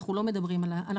אנחנו לא מדברים על הש"ג.